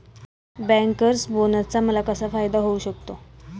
Bankers बोनसचा मला कसा फायदा होऊ शकतो?